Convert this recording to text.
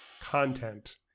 content